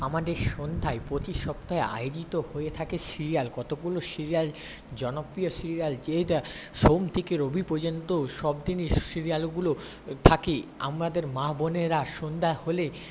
আমাদের সন্ধ্যায় প্রতি সপ্তায় আয়োজিত হয়ে থাকে সিরিয়াল কতগুলো সিরিয়াল জনপ্রিয় সিরিয়াল যেটা সোম থেকে রবি পর্যন্ত সবদিনই সিরিয়ালগুলো থাকে আমাদের মা বোনেরা সন্ধ্যা হলেই